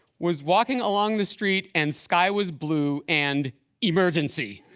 was walking along the street and sky was blue and emergency!